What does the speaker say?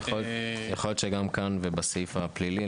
יכול להיות שגם כאן ובסעיף הפלילי,